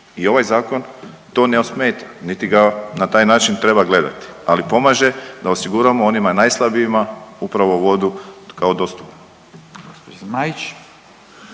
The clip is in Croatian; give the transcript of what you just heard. I ovaj zakon to ne smeta niti ga na taj način treba gledati, ali pomaže da osiguramo onima najslabijima upravo vodu kao dostupnu.